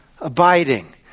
abiding